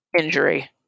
injury